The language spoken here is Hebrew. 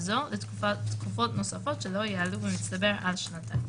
זו לתקופות נוספות שלא יעלו במצטבר על שנתיים.